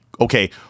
okay